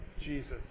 Jesus